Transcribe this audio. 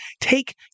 take